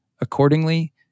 Accordingly